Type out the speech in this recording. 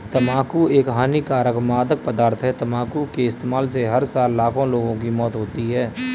तंबाकू एक हानिकारक मादक पदार्थ है, तंबाकू के इस्तेमाल से हर साल लाखों लोगों की मौत होती है